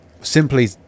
simply